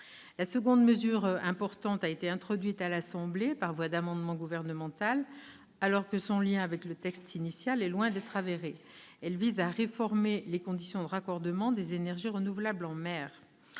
La seconde mesure importante a été introduite à l'Assemblée nationale par voie d'amendement gouvernemental, alors que son lien avec le texte initial est loin d'être avéré. Elle vise à réformer les conditions de raccordement des énergies renouvelables en mer.